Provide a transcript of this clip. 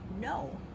no